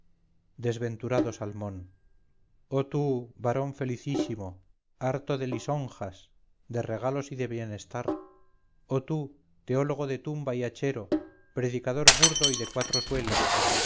desventurado salmón oh tú varón felicísimo harto de lisonjas de regalos y de bienestar oh tú teólogo de tumba y hachero predicador burdo y de cuatro suelas